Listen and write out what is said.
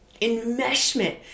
enmeshment